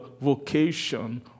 vocation